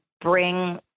bring